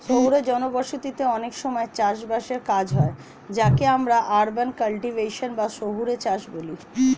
শহুরে জনবসতিতে অনেক সময় চাষ বাসের কাজ হয় যাকে আমরা আরবান কাল্টিভেশন বা শহুরে চাষ বলি